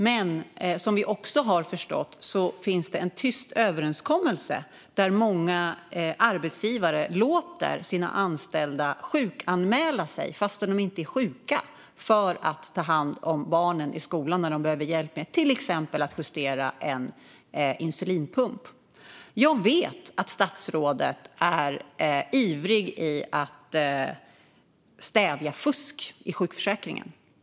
Men som vi också har förstått finns det en tyst överenskommelse där många arbetsgivare låter sina anställda sjukanmäla sig, fastän de inte är sjuka, för att ta hand om barnen i skolan när de behöver hjälp med att till exempel justera en insulinpump. Jag vet att statsrådet är ivrig när det gäller att stävja fusk i sjukförsäkringen.